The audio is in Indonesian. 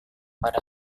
pada